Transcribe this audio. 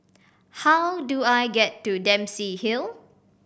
how do I get to Dempsey Hill